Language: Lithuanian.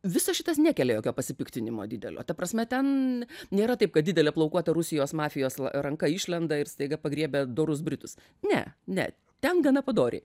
visas šitas nekelia jokio pasipiktinimo didelio ta prasme ten nėra taip kad didelė plaukuota rusijos mafijos ranka išlenda ir staiga pagriebia dorus britus ne ne ten gana padoriai